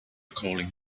calling